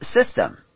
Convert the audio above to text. system